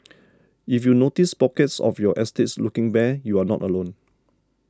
if you notice pockets of your estates looking bare you are not alone